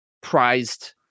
prized